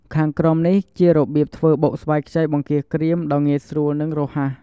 ខាងក្រោមនេះ ជារបៀបធ្វើបុកស្វាយខ្ចីបង្គាក្រៀមដ៏ងាយស្រួល និងរហ័ស។